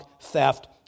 theft